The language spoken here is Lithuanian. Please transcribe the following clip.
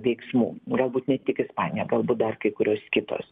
veiksmų galbūt ne tik ispanija galbūt dar kai kurios kitos